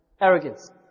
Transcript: Arrogance